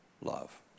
love